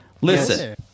Listen